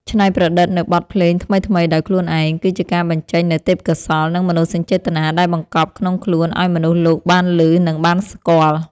ច្នៃប្រឌិតនូវបទភ្លេងថ្មីៗដោយខ្លួនឯងគឺជាការបញ្ចេញនូវទេពកោសល្យ និងមនោសញ្ចេតនាដែលបង្កប់ក្នុងខ្លួនឱ្យមនុស្សលោកបានឮ និងបានស្គាល់។